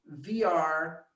VR